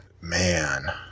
man